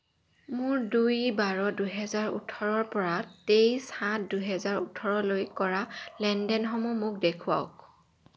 মোৰ দুই বাৰ দুহেজাৰ ওঠৰৰ পৰা তেইছ সাত দুহেজাৰ ওঠৰলৈ কৰা লেনদেনসমূহ মোক দেখুৱাওক